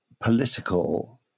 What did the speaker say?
political